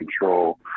control